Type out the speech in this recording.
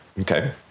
Okay